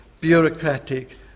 bureaucratic